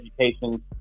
education